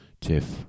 Tiff